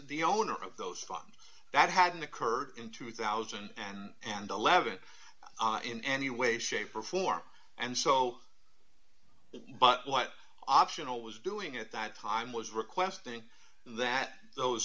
the owner of those funds that hadn't occurred in two thousand and eleven in any way shape or form and so but what optional was doing at that time was requesting that those